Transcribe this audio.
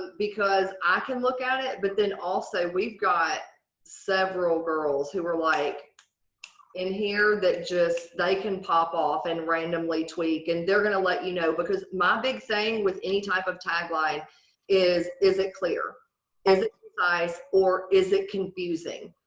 because i can look at it but then also we've got several girls who are like in here that just they can pop off and randomly tweak. and they're gonna let you know because my big thing with any type of tagline is, is it clear and nice or is it confusing?